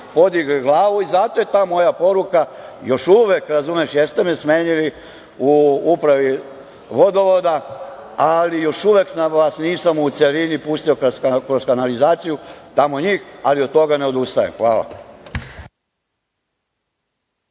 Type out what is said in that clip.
podigli glavu i zato je ta moja poruka još uvek, jeste me smenili u Upravi vodovoda, ali još uvek vas nisam u celini pustio kroz kanalizaciju, ali od toga ne odustajem. Hvala